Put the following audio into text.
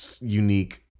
unique